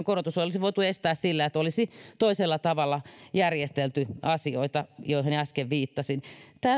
korotus olisi voitu estää sillä että olisi toisella tavalla järjestelty asioita joihin äsken viittasin